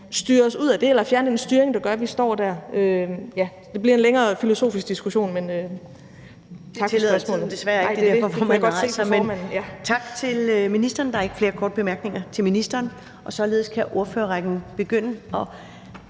styre os ud af det eller fjerne den styring, der gør, at vi står der. Ja, det bliver en længere filosofisk diskussion, men tak for spørgsmålene. Kl. 15:36 Første næstformand (Karen Ellemann): Det tillader tiden desværre ikke. Det er derfor, formanden har rejst sig. Tak til ministeren. Der er ikke flere korte bemærkninger til ministeren. Således kan ordførerrækken begynde.